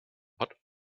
but